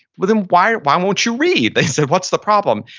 but then why why won't you read? they said, what's the problem?